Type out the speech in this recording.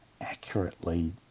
accurately